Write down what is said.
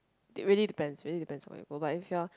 it really depends really depends where you go but if you are